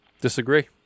Disagree